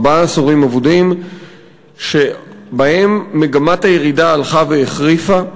ארבעה עשורים אבודים שבהם מגמת הירידה הלכה והחריפה.